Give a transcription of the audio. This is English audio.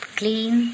clean